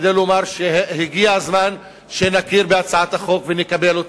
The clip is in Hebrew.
כדי לומר שהגיע הזמן שנכיר בהצעת החוק הזאת ונקבל אותה.